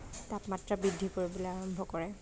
তাপমাত্ৰা বৃদ্ধি কৰিবলৈ আৰম্ভ কৰে